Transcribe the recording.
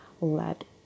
let